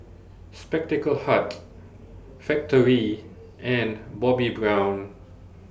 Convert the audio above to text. Spectacle Hut Factorie and Bobbi Brown